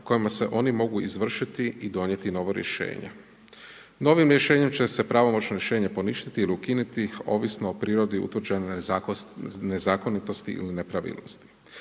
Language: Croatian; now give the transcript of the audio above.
kojima se oni mogu izvršiti i donijeti novo rješenje. Novim rješenjem će se pravomoćno rješenje poništiti ili ukinuti ovisno o prirodi utvrđenoj nezakonitosti ili nepravilnosti.